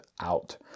out